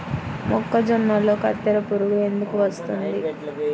మొక్కజొన్నలో కత్తెర పురుగు ఎందుకు వస్తుంది?